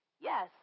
Yes